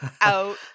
out